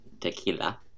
Tequila